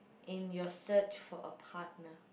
in your search for a partner